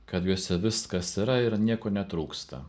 kad juose viskas yra ir nieko netrūksta